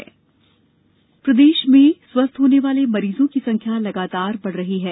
corona प्रदेश प्रदेश में स्वस्थ्य होने वाली मरीजों की संख्या लगातार बढ़ रही है